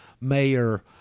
Mayor